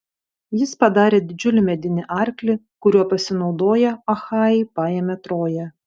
jis padarė didžiulį medinį arklį kuriuo pasinaudoję achajai paėmė troją